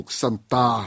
santa